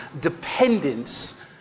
dependence